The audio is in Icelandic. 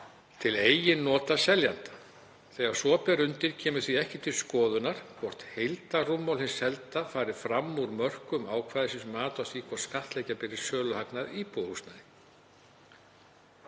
til eigin nota seljanda. Þegar svo ber undir kemur því ekki til skoðunar hvort heildarrúmmál hins selda fari fram úr mörkum ákvæðisins við mat á því hvort skattleggja beri söluhagnað af íbúðarhúsnæði.